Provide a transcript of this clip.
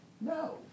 No